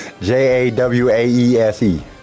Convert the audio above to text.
J-A-W-A-E-S-E